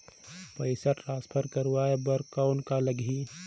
पइसा ट्रांसफर करवाय बर कौन का लगही?